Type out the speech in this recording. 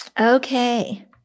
Okay